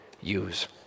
use